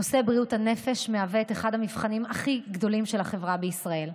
נושא בריאות הנפש מהווה את אחד המבחנים הכי גדולים של החברה בישראל.